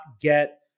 get